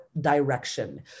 direction